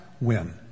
win